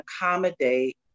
accommodate